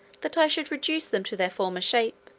that i should reduce them to their former shape,